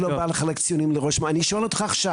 ולא ערכתי סקר למי שייכים מתקני תשתית א',